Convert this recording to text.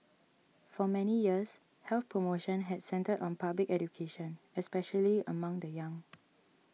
for many years health promotion had centred on public education especially among the young